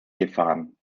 gefahren